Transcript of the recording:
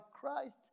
Christ